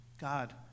God